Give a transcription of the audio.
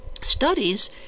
studies